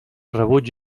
rebuig